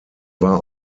war